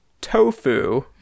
tofu